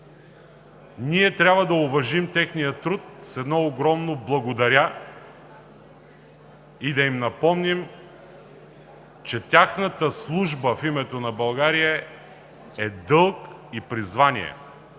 ние трябва да уважим техния труд с едно огромно благодаря и да им напомним, че тяхната служба в името на България е дълг и призвание!